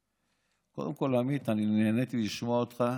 קודם כול, עמית, אני נהניתי לשמוע אותך.